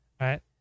right